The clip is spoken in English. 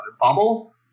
bubble